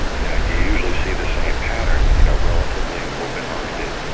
yeah you usually see the same pattern, you know, relatively open-minded,